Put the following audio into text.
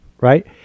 right